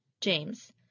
James